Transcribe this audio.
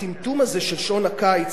הטמטום הזה של שעון הקיץ,